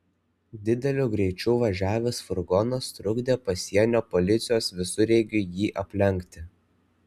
dideliu greičiu važiavęs furgonas trukdė pasienio policijos visureigiui jį aplenkti